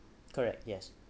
correct yes